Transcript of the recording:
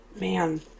man